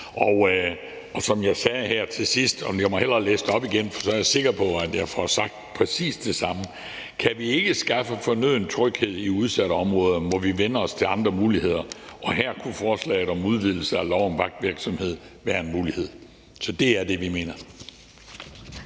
Og som jeg sagde her til sidst, og jeg må hellere læse det op igen, for så er jeg sikker på, at jeg har sagt præcis det samme: »Kan vi ikke skaffe fornøden tryghed i udsatte områder, må vi vende os til andre muligheder, og her kunne forslaget om udvidelse af lov om vagtvirksomhed være en mulighed.« Så det er det, vi mener.